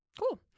Cool